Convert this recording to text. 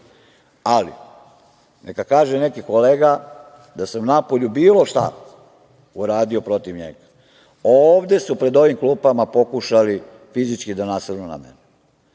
ali, neka kaže neki kolega da sam napolju bilo šta uradio protiv njega. Ovde su pred ovim klupama pokušali fizički da nasrnu na mene. Majka